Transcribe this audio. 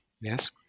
Yes